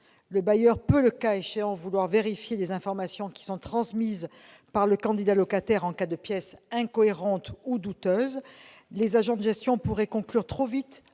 Le bailleur peut, le cas échéant, vouloir vérifier des informations transmises par le candidat locataire en cas de pièces incohérentes ou douteuses. Les agents de gestion pourraient conclure trop vite